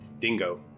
Dingo